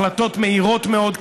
החלטות מהירות מאוד,